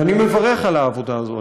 ואני מברך על העבודה הזאת.